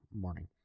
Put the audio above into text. morning